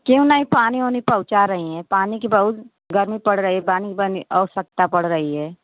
क्यों नहीं पानी ओनी पहुँचा रही हैं पानी की बहुत गर्मी पड़ रही है बानी बानी आवश्यकता पड़ रही है